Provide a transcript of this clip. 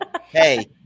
Hey